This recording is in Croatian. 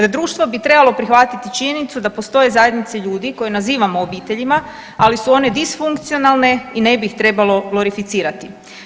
Društvo bi trebalo prihvatiti činjenicu da postoje zajednice ljudi koje nazivamo obiteljima, ali su one disfunkcionalne i ne bi ih trebalo glorificirati.